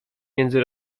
między